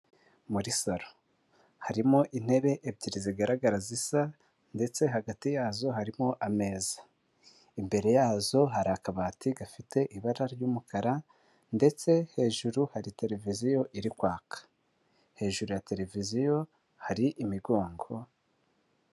Muri saro harimo intebe ebyiri zigaragara zisa ndetse hagati yazo harimo ameza imbere yazo hari akabati gafite ibara ry'umukara ndetse hejuru hari televiziyo iri kwaka hejuru ya televiziyo hari imigongo.